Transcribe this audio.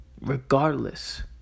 regardless